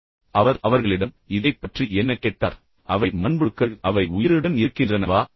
பின்னர் அவர் அவர்களிடம் இதைப் பற்றி என்ன கேட்டார் ஐயா அவை மண்புழுக்கள் அவை உயிருடன் இருக்கின்றனவா